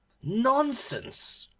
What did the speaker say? nonsense!